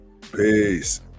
peace